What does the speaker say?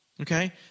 Okay